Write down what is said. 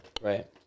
right